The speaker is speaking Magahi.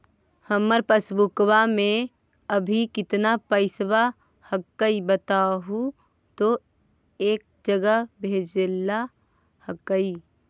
हमार पासबुकवा में अभी कितना पैसावा हक्काई बताहु तो एक जगह भेजेला हक्कई?